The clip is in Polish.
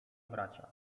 bracia